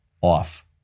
off